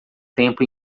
tempo